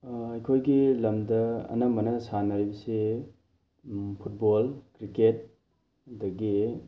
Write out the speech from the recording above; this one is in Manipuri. ꯑꯩꯈꯣꯏꯒꯤ ꯂꯝꯗ ꯑꯅꯝꯕꯅ ꯁꯥꯟꯅꯔꯤꯕꯁꯦ ꯐꯨꯠꯕꯣꯜ ꯀ꯭ꯔꯤꯛꯀꯦꯠ ꯑꯗꯒꯤ